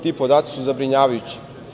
Ti podaci su zabrinjavajući.